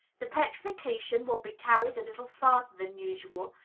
the petrifaction will be carried a little farther than usual,